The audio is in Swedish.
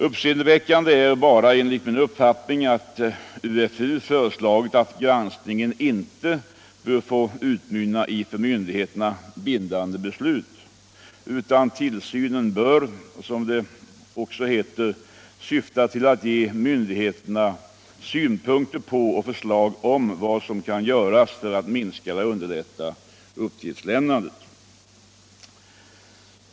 Uppseendeväckande är bara enligt min uppfattning att UFU föreslagit att granskningen inte bör få utmynna i för myndigheterna bindande beslut, utan att tillsynen bör först, som det heter, syfta till att ge myndigheterna synpunkter på och förslag om vad som kan göras för att minska eller underlätta uppgiftslämnandet.